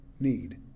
need